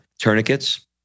tourniquets